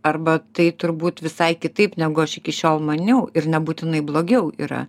arba tai turbūt visai kitaip negu aš iki šiol maniau ir nebūtinai blogiau yra